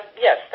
Yes